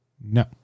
No